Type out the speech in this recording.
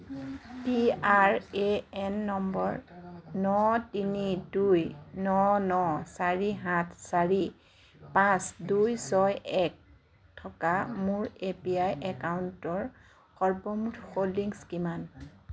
P R A N number ন তিনি দুই ন ন চাৰি সাত চাৰি পাঁচ দুই ছয় এক থকা মোৰ এ পি ৱাই একাউণ্টটোৰ সৰ্বমুঠ হোল্ডিংছ কিমান